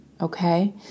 okay